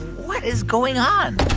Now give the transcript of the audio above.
what is going on?